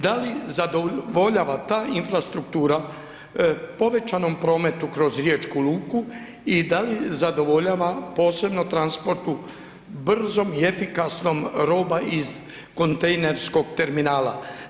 Da li zadovoljava ta infrastruktura povećanom prometu kroz riječku luku i da li zadovoljava posebno transportu brzom i efikasnom roba iz kontejnerskog terminala?